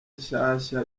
nshyashya